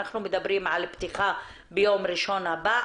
אנחנו מדברים על פתיחה ביום ראשון הבא.